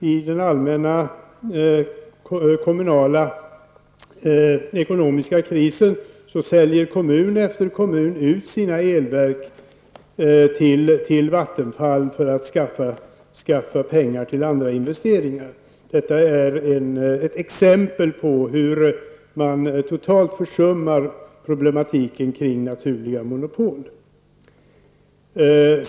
I den allmänna kommunala ekonomiska krisen säljer kommun efter kommun ut sina elverk till Vattenfall för att skaffa pengar till andra investeringar. Detta är ett exempel på hur man totalt försummar problematiken kring naturliga monopol.